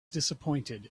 disappointed